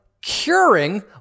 curing